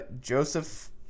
Joseph